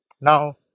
Now